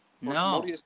no